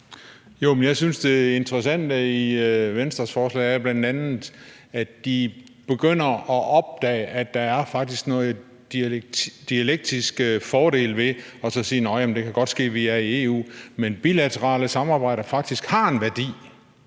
jeg synes, det interessante i Venstres forslag bl.a. er, at de begynder at opdage, at der faktisk er nogle dialektiske fordele ved at sige, at det godt kan ske, at vi er i EU, men at bilaterale samarbejder også har en stor